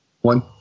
one